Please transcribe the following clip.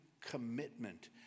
commitment